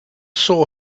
saw